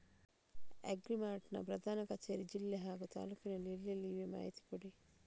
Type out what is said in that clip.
Agri mart ನ ಪ್ರಧಾನ ಕಚೇರಿ ಜಿಲ್ಲೆ ಹಾಗೂ ತಾಲೂಕಿನಲ್ಲಿ ಎಲ್ಲೆಲ್ಲಿ ಇವೆ ಮಾಹಿತಿ ಕೊಡಿ?